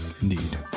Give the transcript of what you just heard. indeed